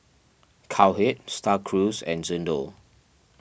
Cowhead Star Cruise and Xndo